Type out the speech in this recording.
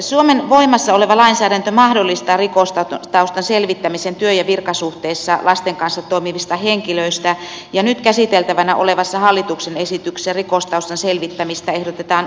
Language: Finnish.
suomen voimassa oleva lainsäädäntö mahdollistaa rikostaustan selvittämisen työ ja virkasuhteessa lasten kanssa toimivista henkilöistä ja nyt käsiteltävänä olevassa hallituksen esityksessä rikostaustan selvittämistä ehdotetaan ulotettavaksi vapaaehtoistoimintaan